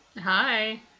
Hi